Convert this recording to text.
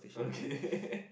okay